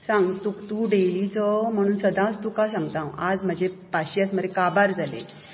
सांग तूं डेलीचो म्हणून सदांच तुकां सांगता हांव आज म्हजें पाशियेस मरे काबार जालें